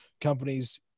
companies